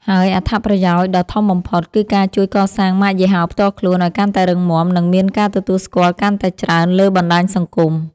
ហើយអត្ថប្រយោជន៍ដ៏ធំបំផុត គឺការជួយកសាងម៉ាកយីហោផ្ទាល់ខ្លួនឱ្យកាន់តែរឹងមាំ និងមានការទទួលស្គាល់កាន់តែច្រើនលើបណ្ដាញសង្គម។